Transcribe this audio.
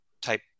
type